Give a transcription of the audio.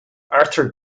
arthur